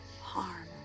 harm